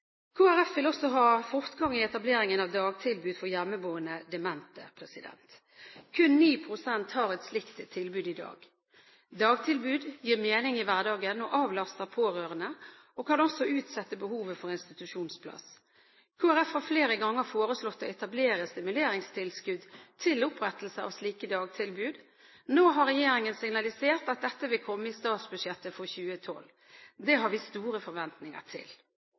Folkeparti vil også ha fortgang i etableringen av dagtilbud for hjemmeboende demente. Kun 9 pst. har et slikt tilbud i dag. Dagtilbud gir mening i hverdagen og avlaster pårørende, og kan også utsette behovet for institusjonsplass. Kristelig Folkeparti har flere ganger foreslått å etablere stimuleringstilskudd til opprettelse av slike dagtilbud. Nå har regjeringen signalisert at dette vil komme i statsbudsjettet for 2012. Det har vi store forventninger til.